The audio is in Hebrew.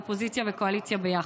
אופוזיציה וקואליציה ביחד.